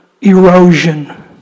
erosion